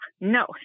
No